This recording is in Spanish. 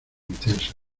intensa